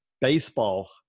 baseball